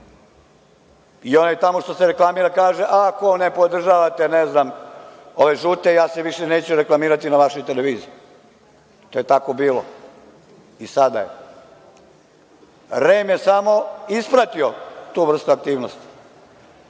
I onaj tamo što se reklamira kaže – ako ne podržavate ove žute, ja se više neću reklamirati na vašoj televiziji. To je tako bilo, a i sada je. REM je samo ispratio tu vrstu aktivnosti. Dejvid